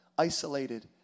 Isolated